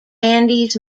andes